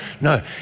no